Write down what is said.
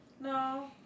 No